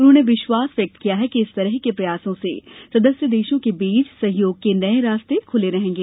उन्होंने विश्वास व्यक्त किया कि इस तरह के प्रयासों से सदस्य देशों के बीच सहयोग के नये रास्ते खुलेंगे